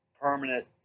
permanent